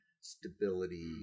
stability